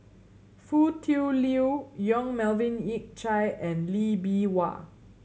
Foo Tui Liew Yong Melvin Yik Chye and Lee Bee Wah